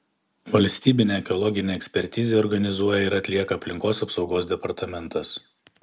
valstybinę ekologinę ekspertizę organizuoja ir atlieka aplinkos apsaugos departamentas